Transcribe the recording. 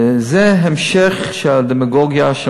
וזה המשך של הדמגוגיה של